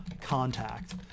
contact